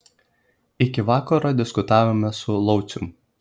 iki vakaro diskutavome su laucium